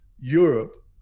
Europe